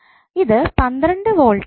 ഇത് 12 വോൾട് ആകും